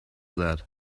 that